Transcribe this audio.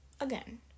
Again